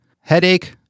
headache